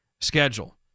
schedule